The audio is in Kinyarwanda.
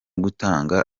gutanga